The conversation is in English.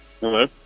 Hello